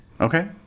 Okay